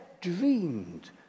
dreamed